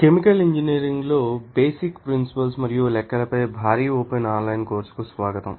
chemical ఇంజనీరింగ్లో basic principles ు మరియు లెక్కలపై భారీ ఓపెన్ ఆన్లైన్ కోర్సుకు స్వాగతం